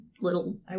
little